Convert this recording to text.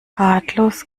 ratlos